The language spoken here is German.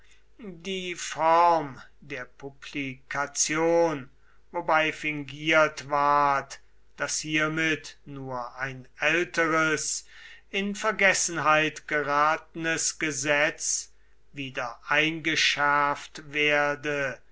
die form der publikation wobei fingiert ward daß hiermit nur ein älteres in vergessenheit geratenes gesetz wieder eingeschärft werde